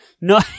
No